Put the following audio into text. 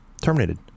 Terminated